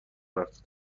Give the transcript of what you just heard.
رفت